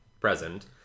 present